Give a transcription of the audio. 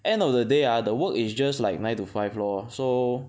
end of the day ah the work is just like nine to five lor so